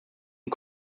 und